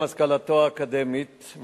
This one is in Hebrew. גם השכלתו האקדמית,